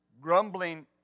grumbling